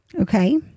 Okay